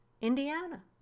Indiana